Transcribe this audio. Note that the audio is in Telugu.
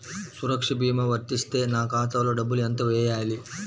సురక్ష భీమా వర్తిస్తే నా ఖాతాలో డబ్బులు ఎంత వేయాలి?